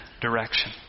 direction